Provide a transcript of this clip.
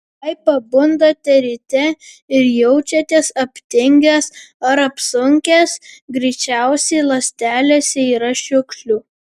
jei pabundate ryte ir jaučiatės aptingęs ar apsunkęs greičiausiai ląstelėse yra šiukšlių